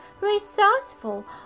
resourceful